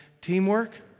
Teamwork